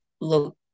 look